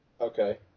Okay